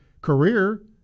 career